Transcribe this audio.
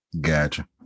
Gotcha